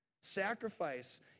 Sacrifice